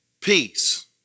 Peace